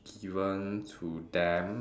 given to them